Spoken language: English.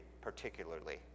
particularly